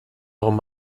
egon